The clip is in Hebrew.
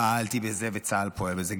פעלתי בזה וצה"ל פועל זה.